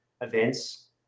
events